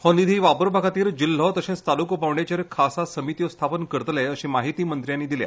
हो निधी वापरपा खातीर जिल्हो तशेंच ताल्को पावंड्याचेर खासा समित्यो स्थापन करतले अशी म्हायती मंत्र्यांनी दिली